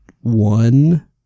one